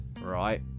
Right